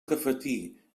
cafetí